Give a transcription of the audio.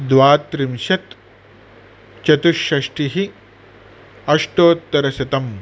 द्वात्रिंशत् चतुष्षष्टिः अष्टोत्तरशतम्